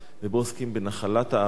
ובו עוסקים בנחלת הארץ.